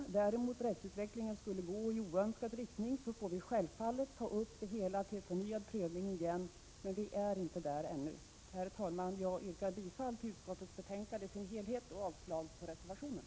Om däremot rättsutvecklingen skulle gå i oönskad riktning får vi självfallet ta upp det hela till förnyad prövning igen. Men där är vi inte ännu. Herr talman! Jag yrkar bifall till utskottets hemställan i dess helhet och avslag på reservationen.